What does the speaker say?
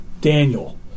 Daniel